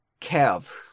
Kev